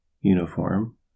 uniform